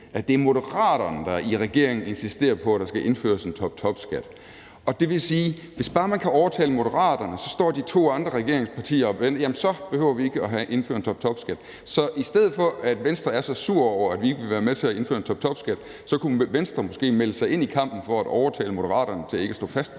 at det er Moderaterne, der i regeringen insisterer på, at der skal indføres en toptopskat. Og det vil sige, hvis bare man kan overtale Moderaterne, står de to andre regeringspartier og siger: Jamen så behøver vi ikke at indføre en toptopskat. Så i stedet for, at Venstre er så sur over, at vi ikke vil være med til at indføre en toptopskat, kunne Venstre måske melde sig ind i kampen for at overtale Moderaterne til ikke at stå fast på